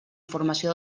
formació